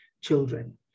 children